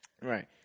right